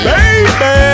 Baby